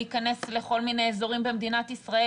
להיכנס לכל מיני אזורים במדינת ישראל.